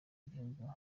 gihugu